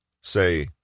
say